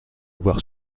avoir